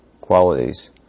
qualities